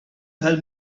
help